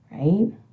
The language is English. Right